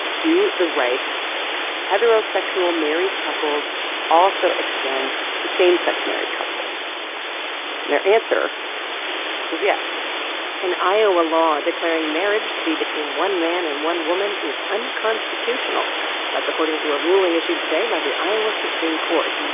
do the rights of heterosexual married couples also extend to same-sex married couples? and their answer was yes an iowa law declaring marriage to be between one man and one woman is unconstitutional that's according to a ruling issued today by the iowa supreme court.